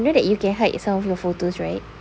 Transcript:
you know that you can hide some of your photos right